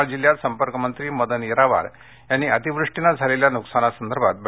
यवतमाळ जिल्ह्यात संपर्कमंत्री मदन येरावार यांनी अतिवृष्टीने झालेल्या नुकसानी संदर्भात बैठक घेतली